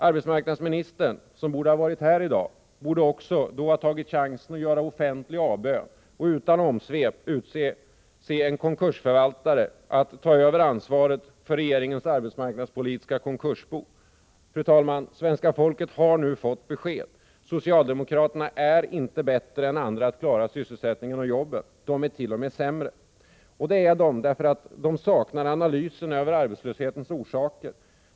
Arbetsmarknadsministern som borde ha varit här i dag, borde då också tagit chansen att göra offentlig avbön och utan omsvep utse en konkursförvaltare att överta ansvaret för regeringens arbetsmarknadspolitiska konkursbo. Svenska folket har fått besked. Socialdemokraterna är inte bättre än andra att klara sysselsättningen. De är t.o.m. sämre. De saknar analysen av arbetslöshetens orsaker.